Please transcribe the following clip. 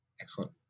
Excellent